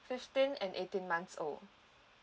fifteen and eighteen months old